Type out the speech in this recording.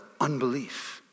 unbelief